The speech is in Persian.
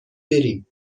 بریم